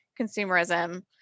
consumerism